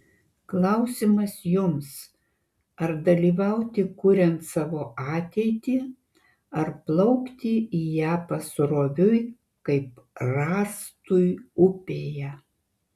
klausimas jums ar dalyvauti kuriant savo ateitį ar plaukti į ją pasroviui kaip rąstui upėje